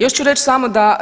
Još ću reći samo da